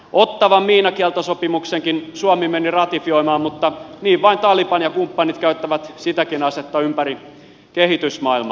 ottawan miinakieltosopimuksenkin suomi meni ratifioimaan mutta niin vain taliban ja kumppanit käyttävät sitäkin asetta ympäri kehitysmaailmaa